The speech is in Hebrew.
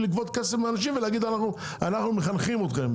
לקחת כסף מאנשים ולהגיד אנחנו מחנכים אתכם.